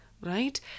right